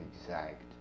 exact